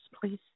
please